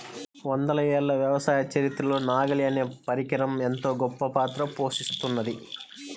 వందల ఏళ్ల వ్యవసాయ చరిత్రలో నాగలి అనే పరికరం ఎంతో గొప్పపాత్ర పోషిత్తున్నది